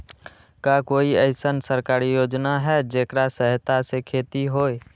का कोई अईसन सरकारी योजना है जेकरा सहायता से खेती होय?